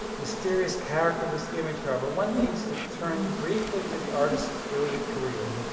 mysterious character of this image, however, one needs to turn briefly to the artist's early career.